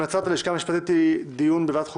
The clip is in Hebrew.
המלצת הלשכה המשפטית דיון בוועדת החוקה,